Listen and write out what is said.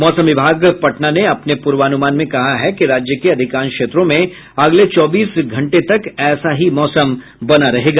मौसम विभाग पटना में अपने पूर्वान्रमान में कहा है कि राज्य के अधिकांश क्षेत्रों में अगले चौबीस घंटे तक ऐसा ही मौसम बना रहेगा